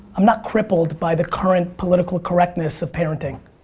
i'm not crippled by the current political correctness of parenting.